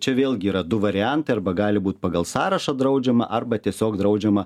čia vėlgi yra du variantai arba gali būt pagal sąrašą draudžiama arba tiesiog draudžiama